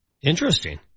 Interesting